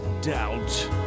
doubt